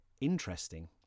interesting